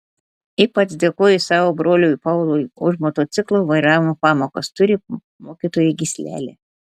ypač dėkoju savo broliui paului už motociklo vairavimo pamokas turi mokytojo gyslelę